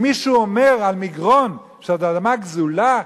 אם מישהו אומר על מגרון שזאת אדמה גזולה,